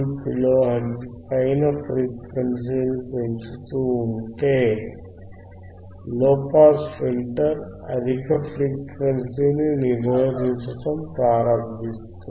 5 kilo hertz పైన పెంచుతూ ఉంటే లోపాస్ ఫిల్టర్ అధిక ఫ్రీక్వెన్సీని నిరోధించడం ప్రారంభిస్తుంది